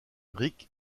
ric